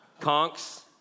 Conks